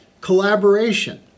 Collaboration